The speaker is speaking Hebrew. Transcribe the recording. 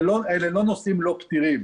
אלה לא נושאים לא פתירים.